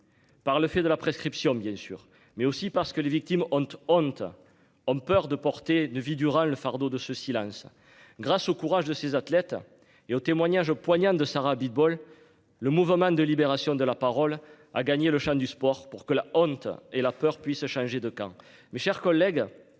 Par le fait de la prescription bien sûr mais aussi parce que les victimes. Honte honte ont peur de porter une vie durant le fardeau de ce silence, grâce au courage de ces athlètes et aux témoignages poignants de Sarah Abitbol. Le mouvement de libération de la parole à gagner le du sport pour que la honte et la peur puisse changer de camp. Mes chers collègues.